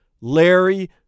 Larry